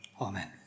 Amen